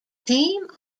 team